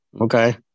Okay